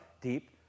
deep